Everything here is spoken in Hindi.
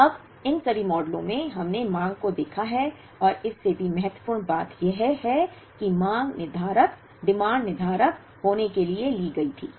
अब इन सभी मॉडलों में हमने मांग को देखा है और इससे भी महत्वपूर्ण बात यह है कि मांग निर्धारक होने के लिए ली गई थी